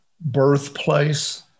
Birthplace